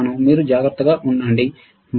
మీరు జాగ్రత్తగా ఉండండి బై